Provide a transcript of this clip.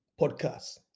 podcast